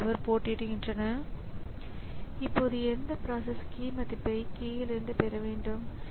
எனவே இந்த ஸிபியுக்கள் இயக்கக்கூடிய ப்ரோக்ராம்களின் எண்ணிக்கை முன்பை விட இரு மடங்காக இருக்கும்